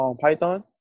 Python